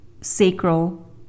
sacral